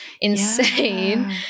insane